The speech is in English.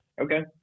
Okay